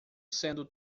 sendo